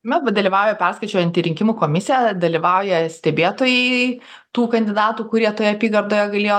na dalyvauja perskaičiuojanti rinkimų komisija dalyvauja stebėtojai tų kandidatų kurie toje apygardoje galėjo